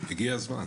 הגיע הזמן.